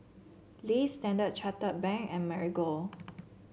Lee Standard Chartered Bank and Marigold